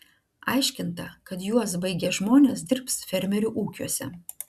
aiškinta kad juos baigę žmonės dirbs fermerių ūkiuose